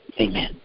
Amen